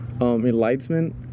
enlightenment